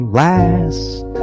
last